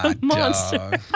Monster